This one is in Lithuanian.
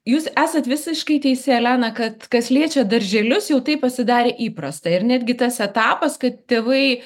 jūs esat visiškai teisi elena kad kas liečia darželius jau tai pasidarė įprasta ir netgi tas etapas kad tėvai